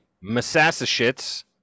Massachusetts